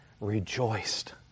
rejoiced